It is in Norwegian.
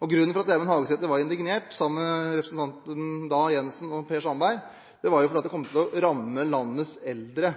Grunnen til at Hagesæter var indignert, sammen med daværende representant Siv Jensen og Per Sandberg, var at det kom til å ramme landets eldre